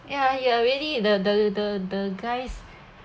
ya ya really the the the the guys